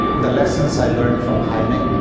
the lessons i learned from jaime,